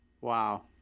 Wow